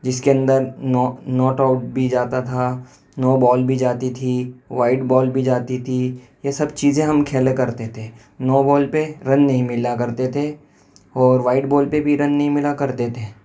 جس کے اندر نو ناٹ آؤٹ بھی جاتا تھا نو بال بھی جاتی تھی وائڈ بال بھی جاتی تھی یہ سب چیزیں ہم کھیلا کرتے تھے نو بال پہ رن نہیں ملا کرتے تھے اور وائڈ بال پہ بھی رن نہیں ملا کرتے تھے